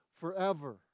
forever